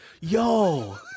Yo